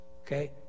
okay